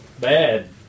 bad